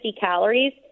calories